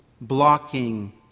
blocking